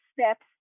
steps